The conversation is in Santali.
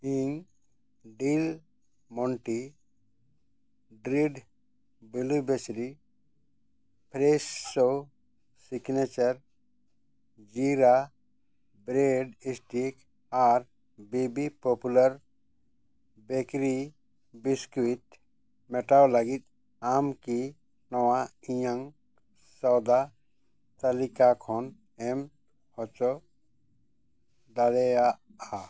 ᱤᱧ ᱰᱤᱞ ᱢᱚᱱᱴᱤ ᱰᱨᱤᱰ ᱵᱮᱞᱤᱵᱤᱥᱨᱤ Fresho signature jeera bread stick ᱟᱨ B B popular bakery biscuit ᱢᱮᱴᱟᱣ ᱞᱟᱹᱜᱤᱫ ᱟᱢ ᱠᱤ ᱱᱚᱣᱟ ᱤᱧᱟᱹᱝ ᱥᱚᱣᱫᱟ ᱛᱟᱹᱞᱤᱠᱟ ᱠᱷᱚᱱ ᱮᱢ ᱦᱚᱪᱚ ᱫᱟᱲᱮᱭᱟᱜᱼᱟ